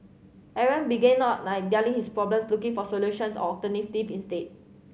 Aaron began not nine dwelling his problems looking for solutions or alternative instead